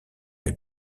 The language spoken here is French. est